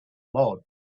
laude